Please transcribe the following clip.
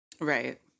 Right